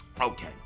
Okay